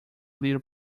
little